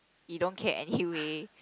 you don't care anyway